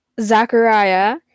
Zachariah